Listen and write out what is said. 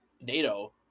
NATO